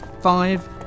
Five